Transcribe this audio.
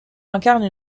incarne